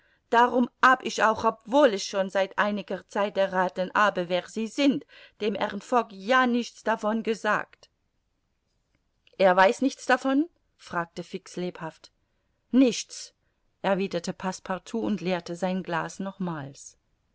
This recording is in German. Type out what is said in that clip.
darum hab ich auch obwohl ich schon seit einiger zeit errathen habe wer sie sind dem herrn fogg ja nichts davon gesagt er weiß nichts davon fragte fix lebhaft nichts erwiderte passepartout und leerte sein glas nochmals